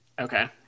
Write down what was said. Okay